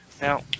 Now